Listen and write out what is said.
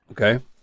Okay